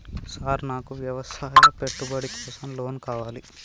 Sir నాకు వ్యవసాయ పెట్టుబడి కోసం లోన్ కావాలి?